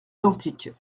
identiques